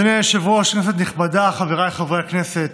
אדוני היושב-ראש, כנסת נכבדה, חבריי חברי הכנסת,